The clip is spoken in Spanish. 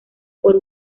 por